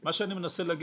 מה שאני מנסה להגיד,